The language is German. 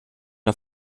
der